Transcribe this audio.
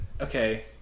Okay